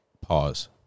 pause